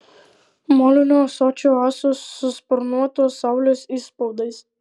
molinio ąsočio ąsos su sparnuotos saulės įspaudais